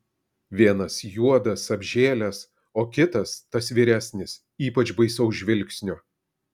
vienas juodas apžėlęs o kitas tas vyresnis ypač baisaus žvilgsnio